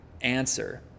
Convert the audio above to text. answer